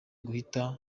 guhita